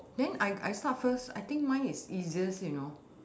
then I I start first I think mine is easiest you know